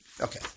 Okay